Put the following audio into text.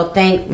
thank